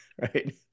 right